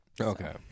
okay